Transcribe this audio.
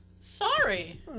Sorry